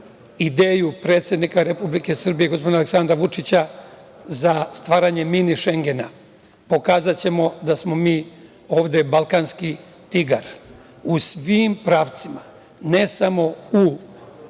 ideju predsednika Republike Srbije, gospodina Aleksandra Vučića za stvaranje Mini Šengena. Kazaćemo da smo mi ovde balkanski tigar u svim pravcima, ne samo u